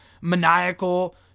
maniacal